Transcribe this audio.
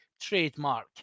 trademark